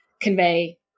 convey